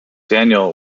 daniel